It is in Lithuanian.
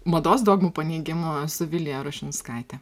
mados dogmų paneigimų su vilija rušinskaite